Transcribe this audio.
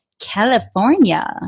California